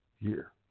year